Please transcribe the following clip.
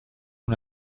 una